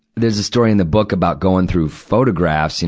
there's this story in the book about going through photographs, you